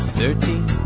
thirteen